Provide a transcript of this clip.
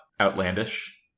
outlandish